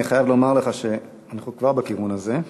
אני חייב לומר שאנחנו כבר בכיוון הזה.